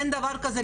אין דבר כזה,